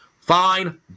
Fine